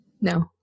No